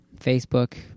Facebook